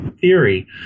theory